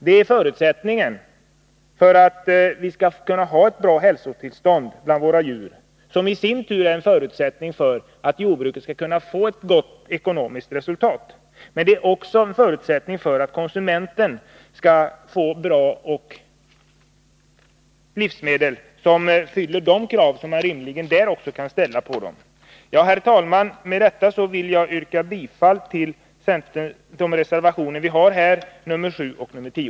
Det är förutsättningen för att vi skall kunna ha ett bra hälsotillstånd bland våra djur, som i sin tur är en förutsättning för att jordbruket skall kunna få ett gott ekonomiskt resultat men också för att konsumenten skall få bra livsmedel, som fyller de krav som man rimligen kan ställa på dem. Herr talman! Med detta vill jag yrka bifall till reservationerna 7 och 10.